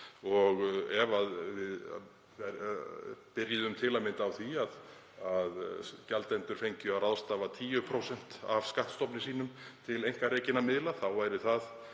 og ef við byrjuðum til að mynda á því að gjaldendur fengju að ráðstafa 10% af skattstofni sínum til einkarekinna miðla væru það